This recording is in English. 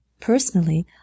Personally